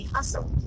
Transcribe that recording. Hustle